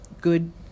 good